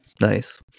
Nice